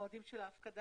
יהיה טוב לגל השני?